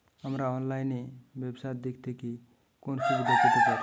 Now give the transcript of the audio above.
আমরা অনলাইনে ব্যবসার দিক থেকে কোন সুবিধা পেতে পারি?